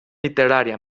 literària